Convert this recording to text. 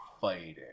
fighting